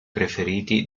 preferiti